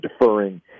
deferring